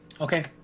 Okay